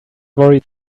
worried